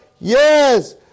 Yes